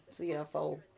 CFO